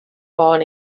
born